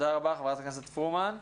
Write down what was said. תודה רבה, חברת הכנסת פרומן.